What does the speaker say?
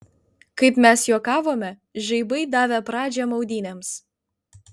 kaip mes juokavome žaibai davė pradžią maudynėms